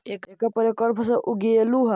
एकड़ पहले कौन फसल उगएलू हा?